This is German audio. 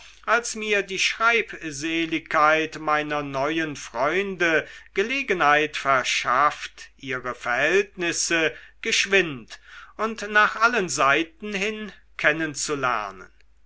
als mir die schreibseligkeit meiner neuen freunde gelegenheit verschafft ihre verhältnisse geschwind und nach allen seiten hin